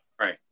Right